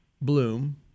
bloom